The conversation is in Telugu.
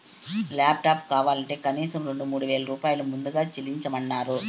లాప్టాప్ కావాలంటే కనీసం రెండు వేల రూపాయలు ముందుగా చెల్లించమన్నరు